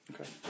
Okay